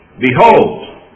Behold